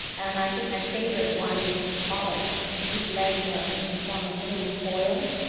and i think my favourite one is the smallest whose legs are in the form of a little coil.